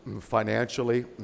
financially